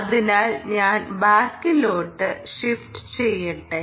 അതിനാൽ ഞാൻ ബാക്കിലോട്ട് ഷിഫ്റ്റ് ചെയ്യട്ടെ